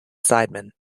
sideman